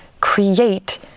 create